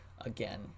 again